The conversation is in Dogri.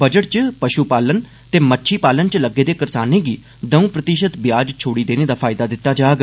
बजट च पषु पालन ते मच्छी पालन च लग्गे दे करसाने गी दौंऊ प्रतिष्त ब्याज छोड़ी देने दा फायदा दिता जाग